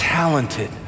talented